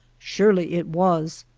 surely it was.